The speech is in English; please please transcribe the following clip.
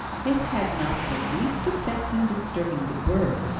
it had not the least effect in disturbing the bird,